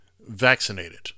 vaccinated